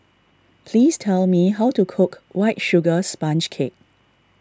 please tell me how to cook White Sugar Sponge Cake